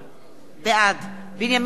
בעד בנימין נתניהו,